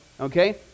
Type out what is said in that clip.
Okay